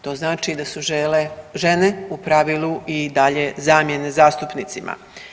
To znači da su žele, žene u pravilu i dalje zamjene zastupnicima.